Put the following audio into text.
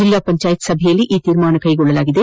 ಜಲ್ಲಾ ಪಂಚಾಯತ್ ಸಭೆಯಲ್ಲಿ ಈ ತೀರ್ಮಾನ ಕೈಗೊಳ್ಳಲಾಗಿದೆ